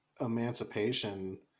emancipation